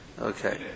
Okay